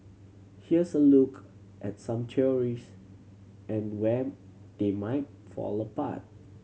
here's a look at some theories and where they might fall apart